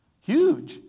Huge